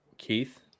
Keith